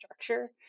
structure